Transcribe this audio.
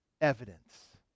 evidence